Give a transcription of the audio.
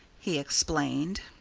he explained.